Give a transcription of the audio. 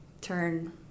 turn